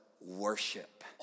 worship